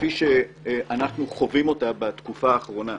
כפי שאנחנו חווים בתקופה האחרונה,